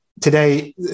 Today